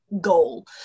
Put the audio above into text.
goal